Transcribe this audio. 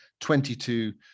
22